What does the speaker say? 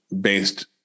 based